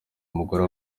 umugore